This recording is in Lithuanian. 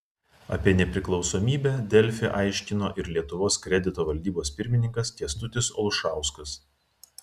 apie nepriklausomybę delfi aiškino ir lietuvos kredito valdybos pirmininkas kęstutis olšauskas